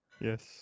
Yes